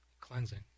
Cleansing